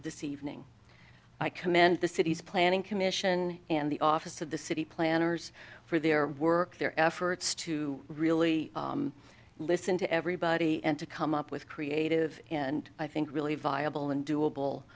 this evening i commend the city's planning commission and the office of the city planners for their work their efforts to really listen to everybody and to come up with creative and i think really viable and doable